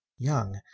young.